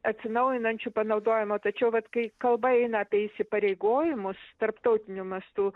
atsinaujinančių panaudojimo tačiau vat kai kalba eina apie įsipareigojimus tarptautiniu mastu